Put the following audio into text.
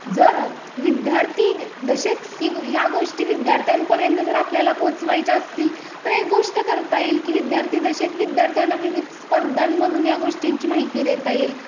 जर विद्यार्थी दशेत ही ह्या गोष्टी विद्यार्थ्यांपर्यंत जर आपल्याला पोहोचवायच्या असतील तर एक गोष्ट करता येईल की विद्यार्थी दशेत विद्यार्थ्यांना विविध स्पर्धांमधून या गोष्टींची माहिती देता येईल